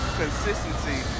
consistency